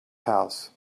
house